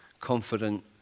confident